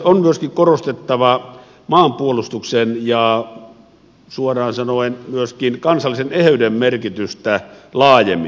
on myöskin korostettava maanpuolustuksen ja suoraan sanoen myöskin kansallisen eheyden merkitystä laajemmin